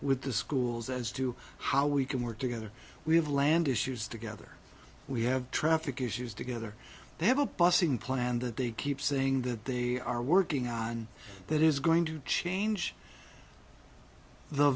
with the schools as to how we can work together we have landed issues together we have traffic issues together they have a bussing plan that they keep saying that they are working on that is going to change the